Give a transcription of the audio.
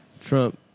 Trump